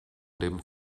dem